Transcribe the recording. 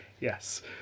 Yes